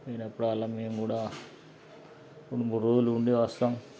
పోయినప్పుడల్లా మేము కూడా రెండు మూడు రోజులు ఉండి వస్తాం